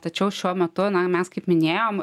tačiau šiuo metu na mes kaip minėjom